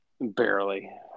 barely